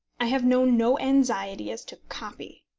i have known no anxiety as to copy.